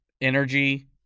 energy